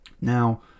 Now